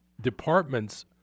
departments